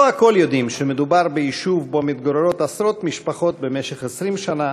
לא הכול יודעים שמדובר ביישוב שמתגוררות בו עשרות משפחות במשך 20 שנה,